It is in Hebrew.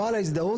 נוהל ההזדהות,